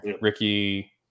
Ricky